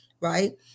right